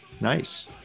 Nice